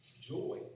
joy